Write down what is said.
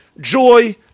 joy